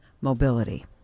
mobility